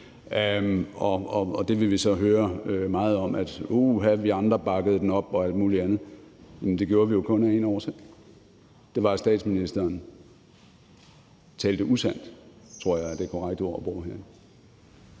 Vi vil så høre meget om, at uha, vi andre bakkede den op og alt muligt andet, men det gjorde vi jo kun af én årsag, og det var, at statsministeren talte usandt. Det tror jeg er det korrekte ord at bruge her.